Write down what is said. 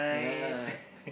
ya